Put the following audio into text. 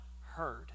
Heard